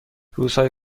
روزهای